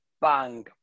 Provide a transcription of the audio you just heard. bang